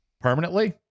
Permanently